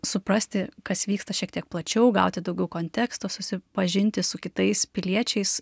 suprasti kas vyksta šiek tiek plačiau gauti daugiau konteksto susipažinti su kitais piliečiais